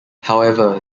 however